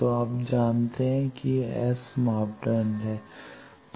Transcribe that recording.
तो आप जानते हैं कि यह एस मापदंड है